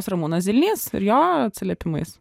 ramūnas zilnys ir jo atsiliepimais